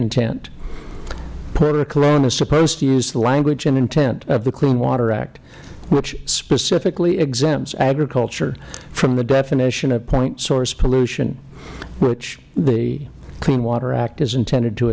intent porter cologne is supposed to use the language and intent of the clean water act which specifically exempts agriculture from the definition of point source pollution which the clean water act is intended to